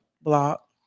block